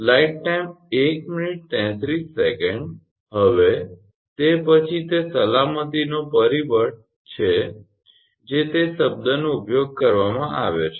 હવે તે પછી તે સલામતીનો પરિબળફેકટર ઓફ સેફ્ટી છે જે તે શબ્દનો ઉપયોગ કરવામાં આવે છે